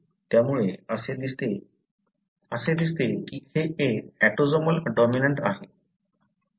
त्यामुळे असे दिसते की हे एक ऑटोसोमल डॉमिनंट आहे